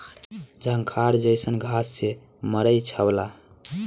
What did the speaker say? झंखार जईसन घास से मड़ई छावला